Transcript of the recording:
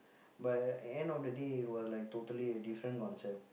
but end of the day it's like totally different concept